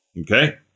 okay